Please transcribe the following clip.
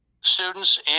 students